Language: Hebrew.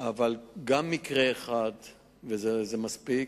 אבל גם מקרה אחד זה מספיק,